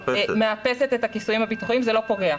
מאפסת את הכיסויים הביטוחיים זה לא פוגע.